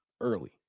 early